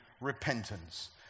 repentance